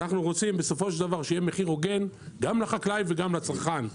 אנחנו רוצים בסופו של דבר שיהיה מחיר הוגן גם לחקלאי וגם לצרכן,